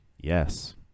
Yes